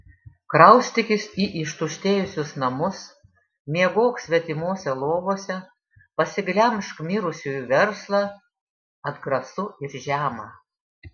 kraustykis į ištuštėjusius namus miegok svetimose lovose pasiglemžk mirusiųjų verslą atgrasu ir žema